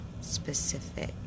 specific